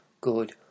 good